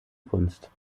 kunst